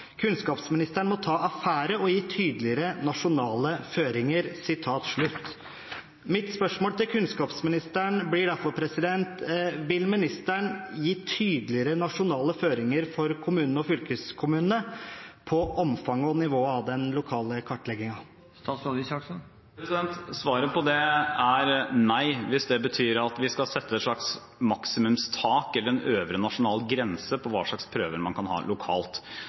Kunnskapsministeren må ta affære og gi tydeligere nasjonale føringer. Mitt spørsmål til kunnskapsministeren blir derfor: Vil ministeren gi tydeligere nasjonale føringer for kommunene og fylkeskommunene på omfanget og nivået av den lokale kartleggingen? Svaret på det er nei, hvis det betyr at vi skal sette et slags maksimumstak eller en øvre nasjonal grense for hva slags prøver man kan ha lokalt.